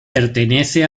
pertenece